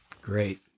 Great